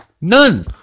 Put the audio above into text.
None